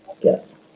yes